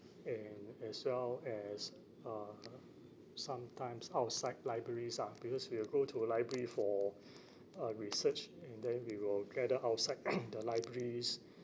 and as well as uh sometimes outside libraries ah because we will go to a library for our research and then we will gather outside the libraries